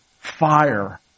fire